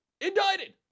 indicted